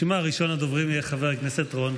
הנושא הראשון על סדר-היום יהיה נאומים בני דקה.